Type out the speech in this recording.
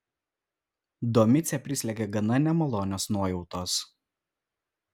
domicę prislėgė gana nemalonios nuojautos